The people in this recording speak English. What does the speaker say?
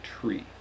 tree